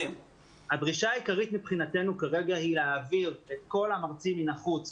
הדרישה העיקרית מבחינתנו כרגע היא להעביר את כל המרצים מהחוץ